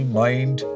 mind